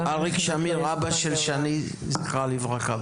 אריק שמיר, אבא של שני, זכרה לברכה.